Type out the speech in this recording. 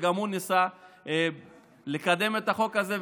וגם הוא ניסה לקדם את החוק הזה,